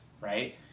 right